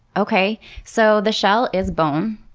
okay so the shell is bone.